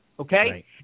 Okay